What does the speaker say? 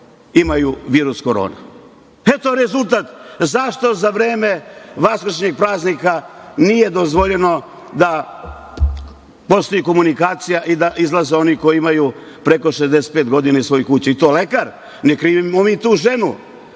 imaju virus Korona. Eto rezultat zašto za vreme Vaskršnjih praznika nije dozvoljeno da postoji komunikacija i da izlaze oni koji imaju preko 65 godina iz svojih kuća, i to lekar. Ne krivimo mi tu ženu,